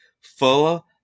full